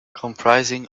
comprising